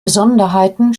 besonderheiten